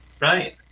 right